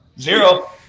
Zero